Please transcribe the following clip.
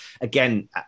again